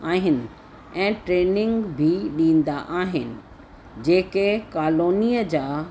ऐं ट्रेनिंग बि ॾींदा आहिनि जेके कालोनीअ जा